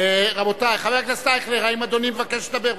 רבותי, חבר הכנסת אייכלר, האם אדוני מבקש לדבר?